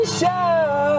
show